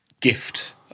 Gift